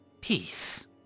peace